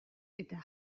eta